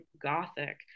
gothic